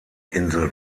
insel